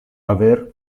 aver